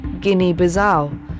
Guinea-Bissau